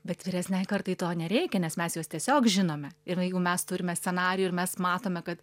bet vyresnei kartai to nereikia nes mes juos tiesiog žinome ir jeigu mes turime scenarijų ir mes matome kad